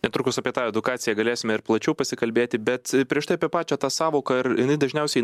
netrukus apie tą edukaciją galėsime ir plačiau pasikalbėti bet prieš tai apie pačią tą sąvoką ir jinai dažniausiai